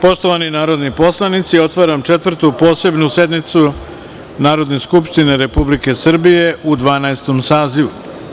Poštovani narodni poslanici, otvaram Četvrtu posebnu sednicu Narodne skupštine Republike Srbije u Dvanaestom sazivu.